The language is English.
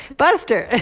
buster.